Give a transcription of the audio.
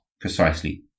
precisely